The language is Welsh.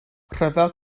rhyfel